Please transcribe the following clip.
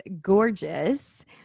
gorgeous